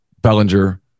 Bellinger